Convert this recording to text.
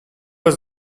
was